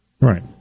Right